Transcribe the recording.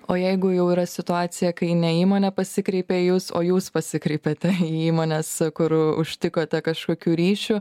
o jeigu jau yra situacija kai ne įmonė pasikreipė į jus o jūs pasikreipiate į įmones kur užtikote kažkokių ryšių